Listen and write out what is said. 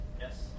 Yes